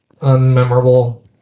unmemorable